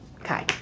Okay